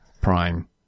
Prime